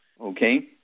Okay